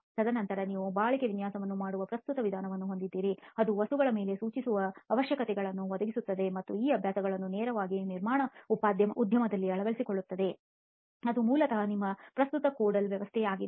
ತದನಂತರ ನೀವು ಬಾಳಿಕೆ ವಿನ್ಯಾಸವನ್ನು ಮಾಡುವ ಪ್ರಸ್ತುತ ವಿಧಾನವನ್ನು ಹೊಂದಿದ್ದೀರಿ ಅದು ವಸ್ತುಗಳ ಮೇಲೆ ಸೂಚಿಸುವ ಅವಶ್ಯಕತೆಗಳನ್ನು ಒದಗಿಸುತ್ತದೆ ಮತ್ತು ಈ ಅಭ್ಯಾಸಗಳನ್ನು ನೇರವಾಗಿ ನಿರ್ಮಾಣ ಉದ್ಯಮದಲ್ಲಿ ಅಳವಡಿಸಿಕೊಳ್ಳುತ್ತದೆ ಅದು ಮೂಲತಃ ನಿಮ್ಮ ಪ್ರಸ್ತುತ ಕೋಡಲ್ ವ್ಯವಸ್ಥೆಯಾಗಿದೆ